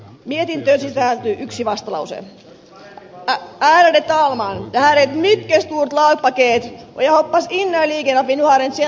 det här är ett mycket stort lagpaket och jag hoppas innerligen att vi nu har en känsla av att vi har kunnat behandla det tillräckligt noggrant